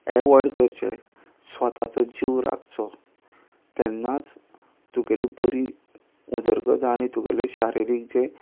avoid करचें स्वाताचो जीव राखचो तेन्नाच तुगेली बरी उदरगत आनी तुगेले शारिरीक जे